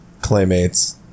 Claymates